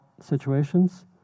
situations